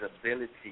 ability